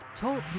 Talk